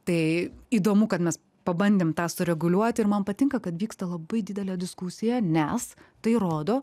tai įdomu kad mes pabandėm tą sureguliuoti ir man patinka kad vyksta labai didelė diskusija nes tai rodo